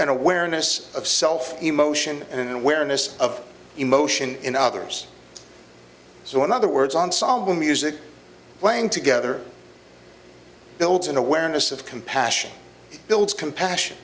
open awareness of self emotion and awareness of emotion in others so in other words ensemble music playing together builds an awareness of compassion builds compassion